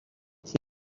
تیم